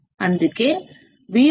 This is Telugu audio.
ఎందుకంటే V1V2 అవునా